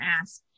ask